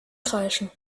kreischen